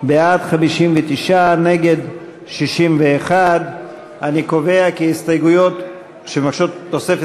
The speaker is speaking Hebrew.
2016 בסעיף 22. הסתייגויות של תוספת